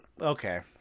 okay